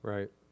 Right